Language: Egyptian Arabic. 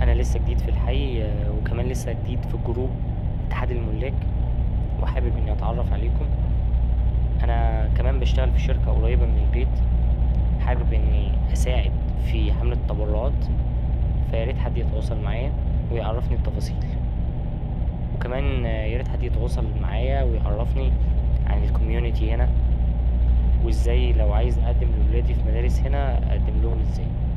أنا لسه جديد في الحي وكمان لسه جديد في الجروب إتحاد الملاك وحابب إني أتعرف عليكم أنا كمان بشتغل في شركة قريبة من البيت حابب إني أساعد في حملة تبرعات فا ياريت حد يتواصل معايا ويعرفني التفاصيل وكمان ياريت حد يتواصل معايا ويعرفني على الكميونيتي هنا و ازاي لو عايز أقدم لولادي في مدارس هنا أقدملهم ازاي.